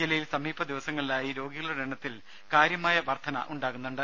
ജില്ലയിൽ സമീപ ദിവസങ്ങളിലായി രോഗികളുടെ എണ്ണത്തിൽ കാര്യമായ വർധനയുണ്ടാകുന്നുണ്ട്